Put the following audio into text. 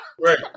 right